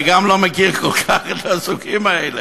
אני גם לא מכיר כל כך את הסוגים האלה.